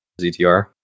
ZTR